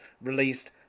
released